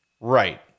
Right